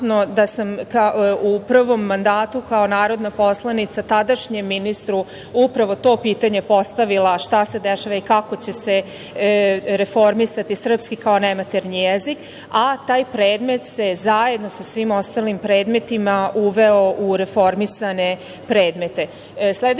prvom mandatu kao narodna poslanica tadašnjem ministru upravo to pitanje postavila, šta se dešava i kako će se reformisati srpski kao nematernji jezik, a taj predmet se zajedno sa svim ostalim predmetima uveo u reformisane predmete. Sledeća